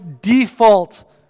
default